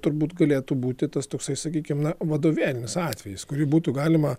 turbūt galėtų būti tas toksai sakykim na vadovėlinis atvejis kurį būtų galima